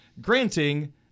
granting